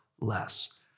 less